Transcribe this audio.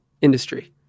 industry